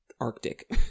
Arctic